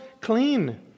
clean